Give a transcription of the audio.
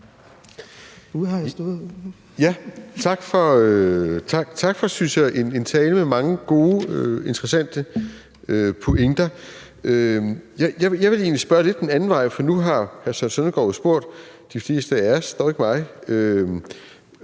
Tak for en tale med, synes jeg, mange gode og interessante pointer. Jeg vil egentlig spørge lidt den anden vej. For nu har hr. Søren Søndergaard jo spurgt de fleste af os, dog ikke mig,